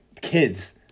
kids